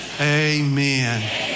amen